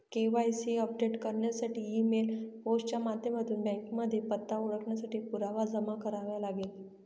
KYC update करण्यासाठी email, post च्या माध्यमातून बँकेमध्ये पत्ता, ओळखेसाठी पुरावा जमा करावे लागेल